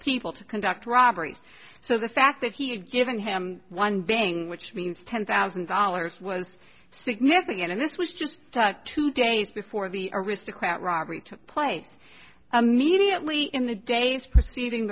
people to conduct robberies so the fact that he had given him one being which means ten thousand dollars was significant and this was just two days before the aristocrat robbery took place immediately in the days preceding